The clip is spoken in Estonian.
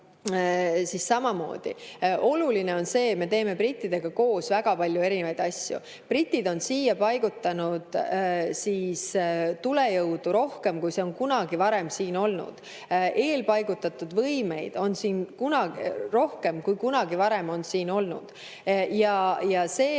kaitseministriga. Oluline on see, et me teeme brittidega koos väga palju erinevaid asju. Britid on siia paigutanud tulejõudu rohkem, kui seda on kunagi varem siin olnud. Eelpaigutatud võimeid on siin rohkem, kui kunagi varem on siin olnud. Ja see,